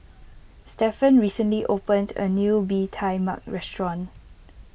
Stefan recently opened a new Bee Tai Mak restaurant